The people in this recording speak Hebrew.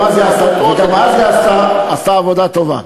גם אז היא עשתה עבודה טובה.